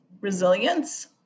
resilience